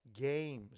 Games